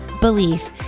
belief